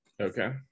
Okay